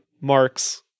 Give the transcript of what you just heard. Marx